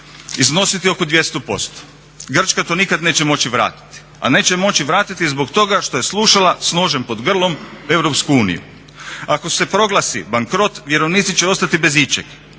iznositi oko 200%. Grčka to nikad neće moći vratiti, a neće moći vratiti zbog toga što je slušala s nožem pod grlom EU. Ako se proglasi bankrot vjerovnici će ostati bez ičega.